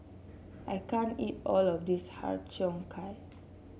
I can't eat all of this Har Cheong Gai